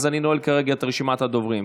אני נועל כרגע את רשימת הדוברים.